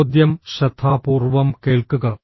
ചോദ്യം ശ്രദ്ധാപൂർവ്വം കേൾക്കുക